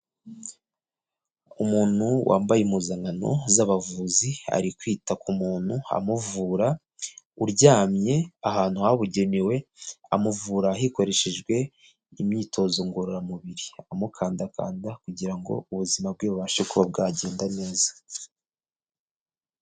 Umuntu wambaye impuzankano z'abavuzi ari kwita ku muntu amuvura uryamye ahantu habugenewe, amuvura hikoreshejwe imyitozo ngororamubiri amukandakanda kugira ngo ubuzima bwe bubashe kuba bwagenda neza.